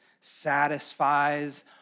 satisfies